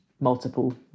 multiple